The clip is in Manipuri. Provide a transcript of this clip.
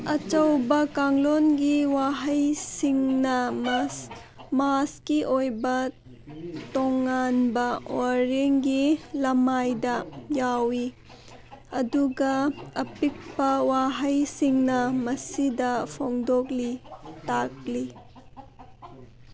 ꯑꯆꯧꯕ ꯀꯥꯡꯂꯣꯟꯒꯤ ꯋꯥꯍꯩꯁꯤꯡꯅ ꯃꯥꯁꯀꯤ ꯑꯣꯏꯕ ꯇꯣꯉꯥꯟꯕ ꯋꯥꯔꯦꯡꯒꯤ ꯂꯃꯥꯏꯗ ꯌꯥꯎꯋꯤ ꯑꯗꯨꯒ ꯑꯄꯤꯛꯄ ꯋꯥꯍꯩꯁꯤꯡꯅ ꯃꯁꯤꯗ ꯐꯣꯡꯗꯣꯛꯂꯤ ꯇꯥꯛꯂꯤ